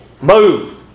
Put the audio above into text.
Move